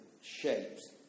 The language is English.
shapes